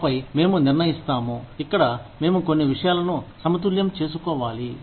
ఆపై మేము నిర్ణఇస్తాము ఇక్కడ మేము కొన్ని విషయాలను సమతుల్యం చేసుకోవాలి